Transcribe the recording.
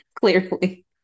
clearly